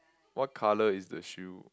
what colour is the shoe